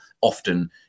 often